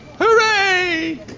Hooray